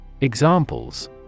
Examples